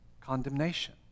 condemnation